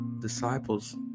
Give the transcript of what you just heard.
disciples